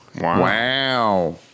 Wow